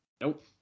Nope